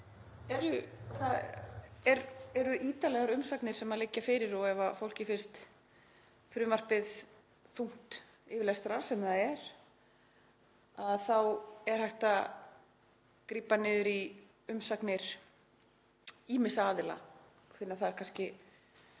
eru ítarlegar umsagnir sem liggja fyrir og ef fólki finnst frumvarpið þungt yfirlestrar, sem það er, þá er hægt að grípa niður í umsagnir ýmissa aðila og finna þar kannski